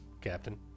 Captain